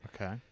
okay